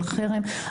של חרם,